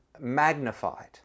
magnified